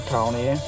County